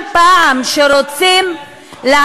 כל פעם שרוצים להעביר חוק,